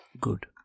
good